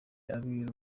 abiru